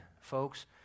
folks